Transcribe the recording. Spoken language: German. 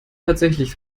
tatsächlich